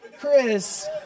Chris